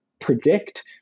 predict